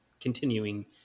continuing